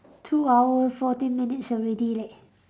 two hours forty minutes already leh